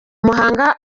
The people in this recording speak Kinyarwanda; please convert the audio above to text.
muhanga